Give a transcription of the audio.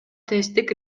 тесттик